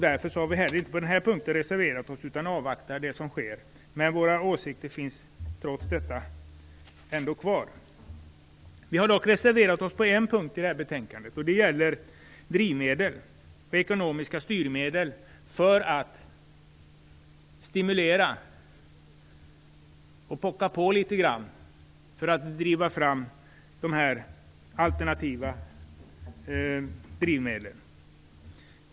Därför har vi inte heller på den punkten reserverat oss, utan vi avvaktar vad som sker. Men våra åsikter finns ändå kvar. Vi har dock reserverat oss på en punkt i detta betänkande, och det gäller drivmedel och ekonomiska styrmedel för att stimulera och trycka på litet grand för att ta fram de alternativa drivmedlen.